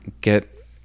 get